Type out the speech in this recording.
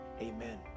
Amen